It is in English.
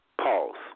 pause